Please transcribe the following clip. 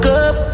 up